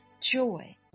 joy